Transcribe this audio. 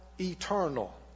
eternal